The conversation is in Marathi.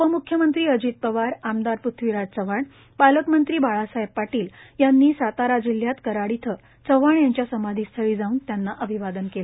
उपम्ख्यमंत्री अजित पवार आमदार पृथ्वीराज चव्हाण पालकमंत्री बाळासाहेब पाटील यांनी सातारा जिल्ह्यात कराड इथं चव्हाण यांच्या समाधीस्थळी जाऊन त्यांना अभिवादन केलं